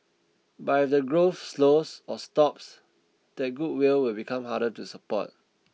but if the growth slows or stops that goodwill will become harder to support